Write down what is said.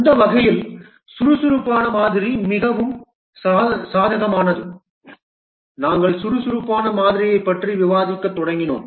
அந்த வகையில் சுறுசுறுப்பான மாதிரி மிகவும் சாதகமானது நாங்கள் சுறுசுறுப்பான மாதிரியைப் பற்றி விவாதிக்கத் தொடங்கினோம்